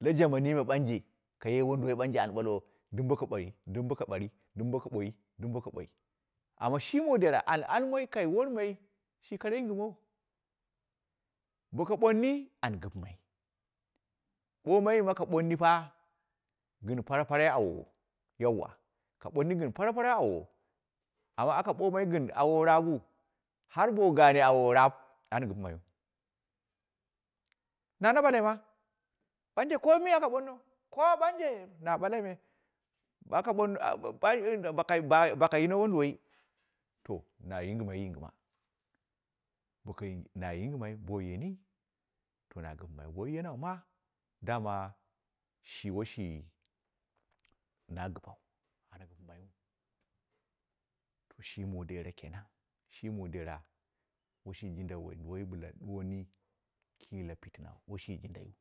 la lamanyimɨ ɓmaji, kaye wunduwai ɓanje an bulwo, dumboko baighi, dun boko baghi dum boko baghi, dumboko baghi, amma shi mu dera an almai kai wormai shi kara yingɨmowo, boka ɓoni an gɨpemai por mandin boka ɓonni pa gɨn paraparau awowo, yanwo ku bonni gɨn paraparau awowo, har aka ɓomai gɨn awowo raab wu, har bo a gane awowo raab an gɨpemai wu, na madene ma, banje ko mii aka bono, ko banje na balwo me, bo aka bono bo aa bo aka yino wunduwai to na yingɨmai yingɨma boka na yingɨma bo yeni, to na gɨpemai, bowai yanan ma dama shi washi na gɨpan, amma to shi mu dera kenan, shi mu dera, washi jinda wuuduwai ka boni lu pitinuu weshi jinda wu.